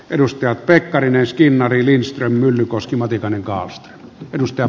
edustajat pekkarinen skinnari lindström myllykoski matikainen kallström